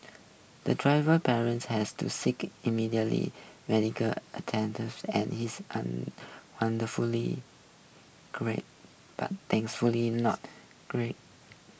the driver parents has to seek immediately medical and is wonderfully great but thankfully not great